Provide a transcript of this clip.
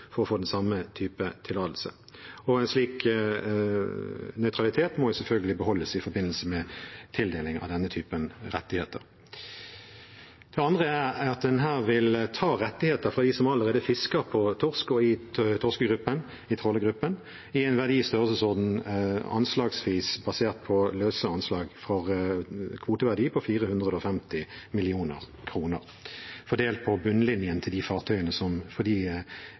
for å få den samme typen tillatelse, og en slik nøytralitet må jo selvfølgelig beholdes i forbindelse med tildelingen av denne typen rettigheter. Det andre er at en her vil ta rettigheter fra dem som allerede fisker på torsk, og i torsketrålgruppen, til en verdi i størrelsesorden – anslagsvis, basert på løse anslag for kvoteverdi – 450 mill. kr, fordelt på bunnlinjen til de fartøyene som